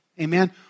Amen